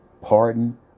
Pardon